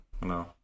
No